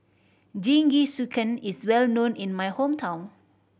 Jingisukan is well known in my hometown